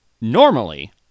Normally